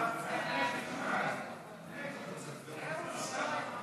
ההצעה להעביר את הצעת חוק